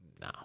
No